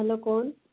hello कौन